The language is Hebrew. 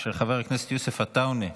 של חבר הכנסת יוסף עטאונה.